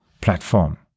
platform